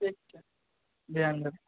ठीक छै ध्यान